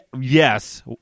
Yes